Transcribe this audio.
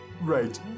right